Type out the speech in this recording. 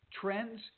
Trends